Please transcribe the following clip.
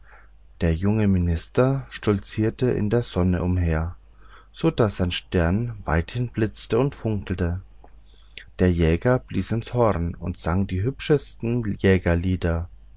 der junge minister stolzierte in der sonne umher so daß sein stern weithin blitzte und funkelte der jäger blies ins horn und sang die hübschesten jägerlieder